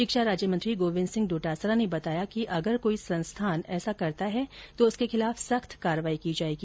शिक्षा राज्य मंत्री गोविंद सिंह डोटासरा ने बताया कि अगर कोई संस्थान ऐसा करता है तो उसके खिलाफ सख्त कार्रवाई की जायेगी